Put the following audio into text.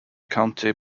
county